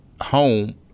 home